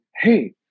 hey